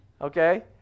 Okay